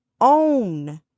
own